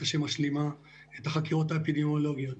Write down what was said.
שמשלימה את החקירות האפידמיולוגיות.